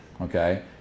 Okay